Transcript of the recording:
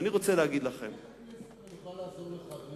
אבל איך הכנסת יכולה לעזור לך?